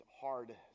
hard